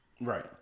Right